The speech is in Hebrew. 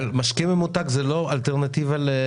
אבל משקה ממותק הוא לא אלטרנטיבה לפרי.